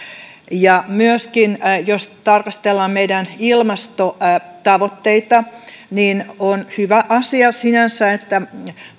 myöskin jos tarkastellaan meidän ilmastotavoitteita on hyvä asia sinänsä että